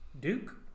Duke